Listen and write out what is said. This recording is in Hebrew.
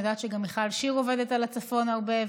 ואני יודעת שגם מיכל שיר עובדת על הצפון הרבה,